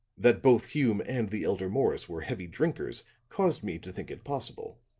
that both hume and the elder morris were heavy drinkers caused me to think it possible.